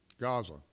Gaza